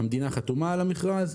המדינה חתומה על המכרז,